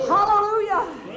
Hallelujah